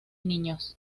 niños